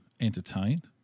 entertained